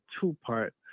two-part